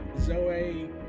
Zoe